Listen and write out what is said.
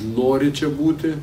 nori čia būti